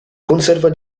conserva